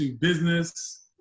business